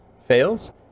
fails